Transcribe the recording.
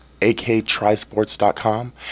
aktrisports.com